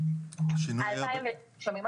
2002